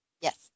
yes